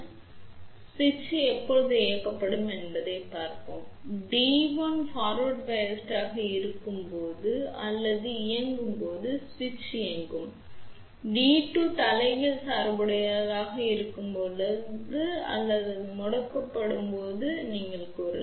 எனவே சுவிட்ச் எப்போது இயக்கப்படும் என்பதைப் பார்ப்போம் டி 1 முன்னோக்கி சார்புடையதாக இருக்கும்போது அல்லது இயங்கும் போது சுவிட்ச் இயங்கும் மற்றும் டி 2 தலைகீழ் சார்புடையதாக இருக்கும்போது அல்லது அது முடக்கப்பட்டுள்ளது என்று நீங்கள் கூறலாம்